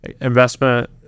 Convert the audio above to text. investment